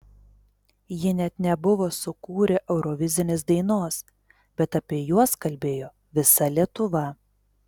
jie net nebuvo sukūrę eurovizinės dainos bet apie juos kalbėjo visa lietuva